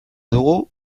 dugu